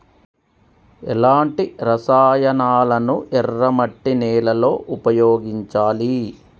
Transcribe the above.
ఎలాంటి రసాయనాలను ఎర్ర మట్టి నేల లో ఉపయోగించాలి?